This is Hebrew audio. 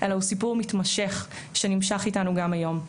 אלא הוא סיפור מתמשך שנמשך איתנו גם היום.